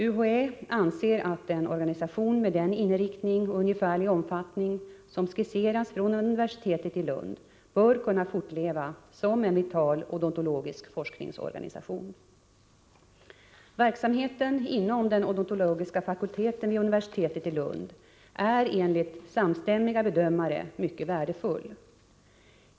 UHÄ anser att en organisation med den inriktning och ungefärliga omfattning som skisseras från universitetet i Lund bör kunna fortleva som en vital odontologisk forskningsorganisation. Verksamheten inom den odontologiska fakulteten vid universitetet i Lund är enligt samstämmiga bedömare mycket värdefull.